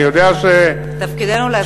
אני יודע, תפקידנו להזכיר לה.